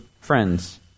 friends